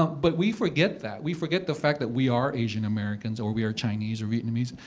but we forget that. we forget the fact that we are asian-americans or we are chinese or vietnamese.